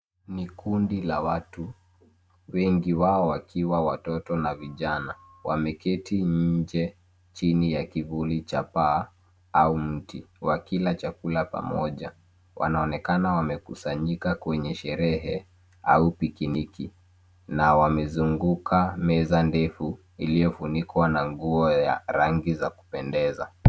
Ni kundi la watu wengi wao wakiwa watoto na vijana wameketi nje chini ya kivuli cha paa au mti wa kila chakula pamoja. Wanaonekana wamekusanyika kwenye sherehe au pikiniki na wamezunguka meza ndefu iliyofunikwa na nguo ya rangi za kupendeza.